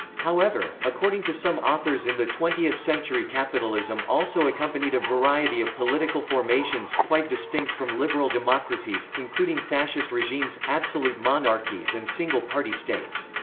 however, according to some authors in the twentieth century capitalism also accompanied a variety of political formations quite distinct from liberal democracies, including fascist regimes, absolute monarchies and single-party states.